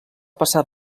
passar